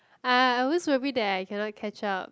I I always worry that I cannot catch up